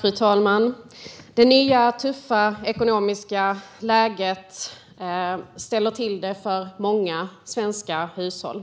Fru talman! Det nya, tuffa ekonomiska läget ställer till det för många svenska hushåll.